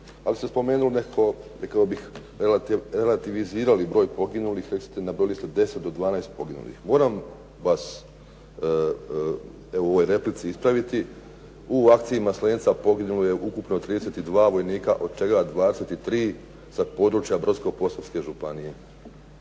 ali ste spomenuli nekako, rekao bih relativizirali broj poginulih. Recimo, nabrojili ste 10 od 12 poginulih. Moram vas u ovoj replici ispraviti. U Akciji "Maslenica" poginulo je ukupno 32 vojnika od čega 23 sa područja Brodsko-posavske županije.